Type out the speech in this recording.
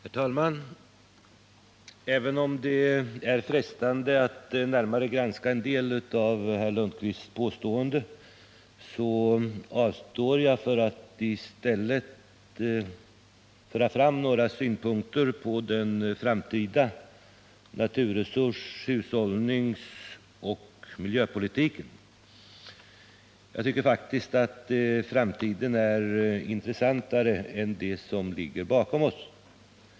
Herr talman! Även om det är frestande att närmare granska en del av herr Lundkvists påståenden, avstår jag för att i stället ge några synpunkter på den framtida naturresurs-, hushållningsoch miljöpolitiken. Jag tycker faktiskt att framtiden är intressantare än det som ligger bakom oss.